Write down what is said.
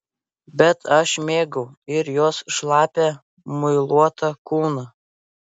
bet aš mėgau ir jos šlapią muiluotą kūną